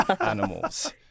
animals